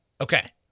Okay